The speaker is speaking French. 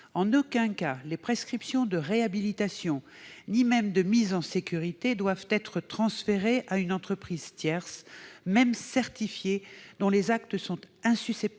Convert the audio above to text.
En aucun cas, les prescriptions de réhabilitation ni même de mise en sécurité ne doivent être transférées à une entreprise tierce, même certifiée, dont les actes sont insusceptibles